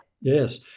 Yes